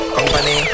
Company